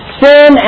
sin